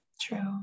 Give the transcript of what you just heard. True